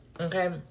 Okay